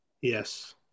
Yes